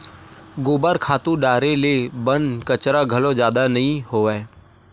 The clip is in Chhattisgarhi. गोबर खातू डारे ले बन कचरा घलो जादा नइ होवय